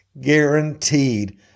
guaranteed